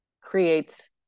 creates